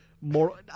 more